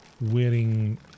wearing